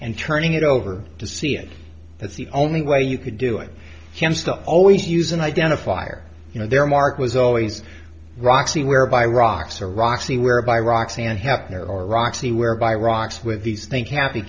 and turning it over to see it that's the only way you could do it himself always use an identifier you know there mark was always roxy whereby rocks or roxy whereby roxanne have their or roxy whereby rocks with these think happy